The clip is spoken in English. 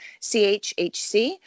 CHHC